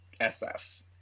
sf